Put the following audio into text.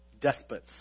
despots